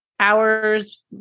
hours